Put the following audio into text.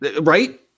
Right